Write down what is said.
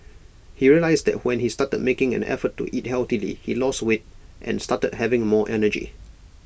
he realised that when he started making an effort to eat healthily he lost weight and started having more energy